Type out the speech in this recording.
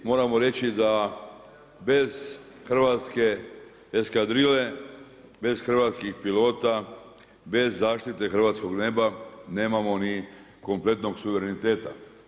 Moramo reći da bez hrvatske eskadrile, bez hrvatskih pilota, bez zaštite hrvatskog neba nemamo ni kompletnog suvereniteta.